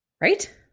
Right